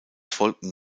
folgten